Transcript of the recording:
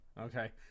Okay